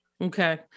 Okay